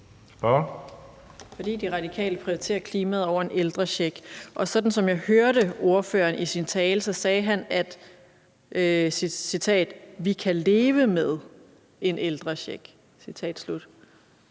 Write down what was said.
fordi De Radikale prioriterer klimaet over en ældrecheck, og sådan som jeg hørte ordføreren i hans tale, sagde han, og jeg citerer: Vi kan leve med en ældrecheck.